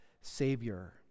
savior